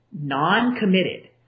non-committed